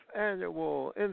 annual